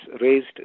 raised